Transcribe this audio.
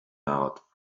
out